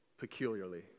peculiarly